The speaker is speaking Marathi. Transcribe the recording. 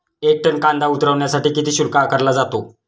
एक टन कांदा उतरवण्यासाठी किती शुल्क आकारला जातो?